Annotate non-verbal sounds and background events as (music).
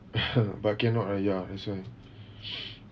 (laughs) but cannot ah ya that's why